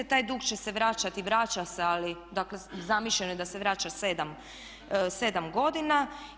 Taj dug će se vraćati i vraća se ali dakle zamišljeno je da se vraća 7 godina.